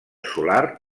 solar